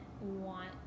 want